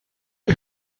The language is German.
bei